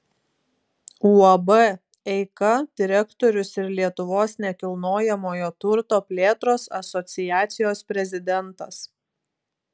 uab eika direktorius ir lietuvos nekilnojamojo turto plėtros asociacijos prezidentas